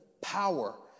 power